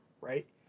right